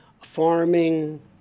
farming